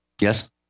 Yes